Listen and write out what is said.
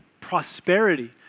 prosperity